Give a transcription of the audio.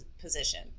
position